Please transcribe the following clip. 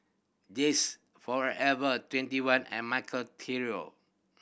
This Forever Twenty One and Michael Trio